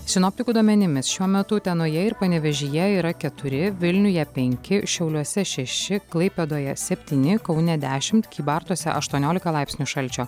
sinoptikų duomenimis šiuo metu utenoje ir panevėžyje yra keturi vilniuje penki šiauliuose šeši klaipėdoje septyni kaune dešimt kybartuose aštuoniolika laipsnių šalčio